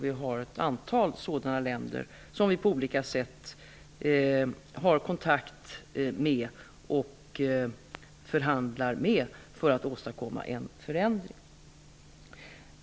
Vi har kontakt med och förhandlar med ett antal sådana länder för att åstadkomma en förändring.